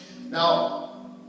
Now